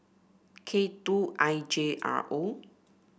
K two I J R O